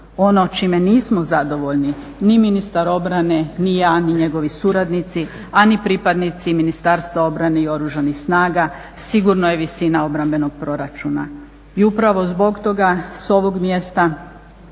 Ono čime nismo zadovoljni, ni ministar obrane, ni ja, ni njegovi suradnici, a ni pripadnici Ministarstva obrane i oružanih snaga sigurno je visina obrambenog proračuna. I upravo zbog toga s ovog mjesta